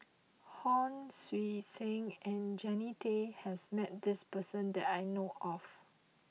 Hon Sui Sen and Jannie Tay has met this person that I know of